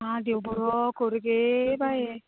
आं देव बरो करूं गे बाये